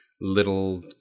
little